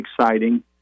exciting